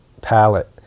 palette